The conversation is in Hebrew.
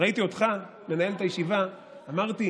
ראיתי אותך מנהל את הישיבה ואמרתי: